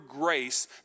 grace